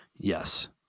yes